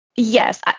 Yes